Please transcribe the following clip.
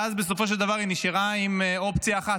ואז בסופו של דבר היא נשארה עם אופציה אחת,